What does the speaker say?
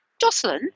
Jocelyn